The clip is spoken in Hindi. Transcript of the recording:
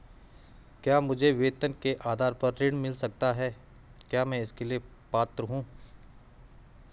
क्या मुझे वेतन के आधार पर ऋण मिल सकता है क्या मैं इसके लिए पात्र हूँ?